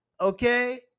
okay